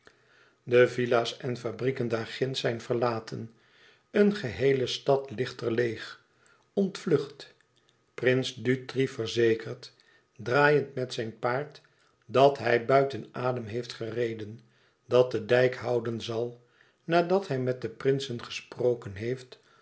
aan de villa's en fabrieken daar ginds zijn verlaten eene geheele stad ligt er leêg ontvlucht prins dutri verzekert draaiend met zijn paard dat hij buiten adem heeft gereden dat de dijk houden zal nadat hij met de prinsen gesproken heeft